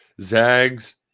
Zags